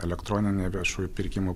elektroninė viešųjų pirkimų